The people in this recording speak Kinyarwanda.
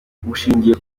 bushingiye